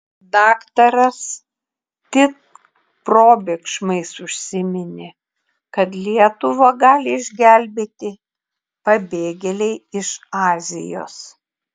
daktaras tik probėgšmais užsiminė kad lietuvą gali išgelbėti pabėgėliai iš azijos